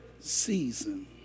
season